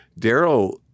Daryl